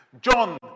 John